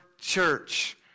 church